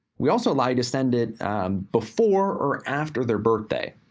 we also like to send it before or after their birthday.